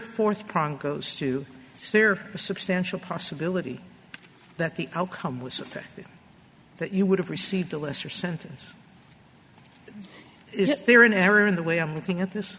fourth prong goes to sear a substantial possibility that the outcome was affected that you would have received a lesser sentence is there an error in the way i'm looking at this